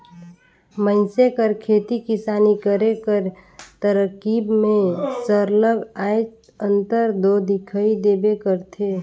मइनसे कर खेती किसानी करे कर तरकीब में सरलग आएज अंतर दो दिखई देबे करथे